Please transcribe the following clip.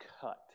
cut